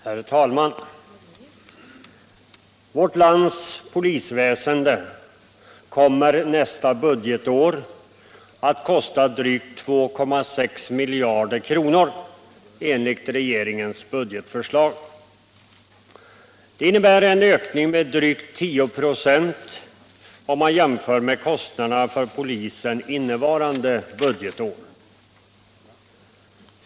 Herr talman! Enligt regeringens budgetförslag kommer vårt lands polisväsende nästa budgetår att kosta drygt 2,6 miljarder kronor. Det innebär en ökning med drygt 10 26 om man jämför med kostnaderna för polisväsendet under innevarande budgetår.